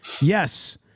Yes